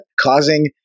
Causing